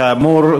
כאמור,